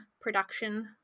production